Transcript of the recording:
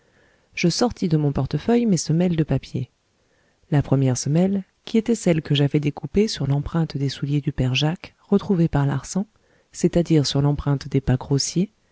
je sortis de mon portefeuille mes semelles de papier la première semelle qui était celle que j'avais découpée sur l'empreinte des souliers du père jacques retrouvés par larsan c'est-à-dire sur l'empreinte des pas grossiers